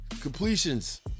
completions